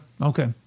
Okay